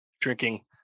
drinking